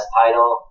title